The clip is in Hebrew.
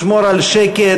לשמור על שקט,